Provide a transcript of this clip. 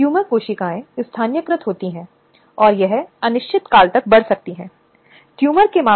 हमने देखा है कि महिलाओं की सुरक्षा सुनिश्चित करने के लिए विभिन्न प्रकार के कानून बनाए गए हैं